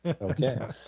Okay